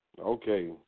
Okay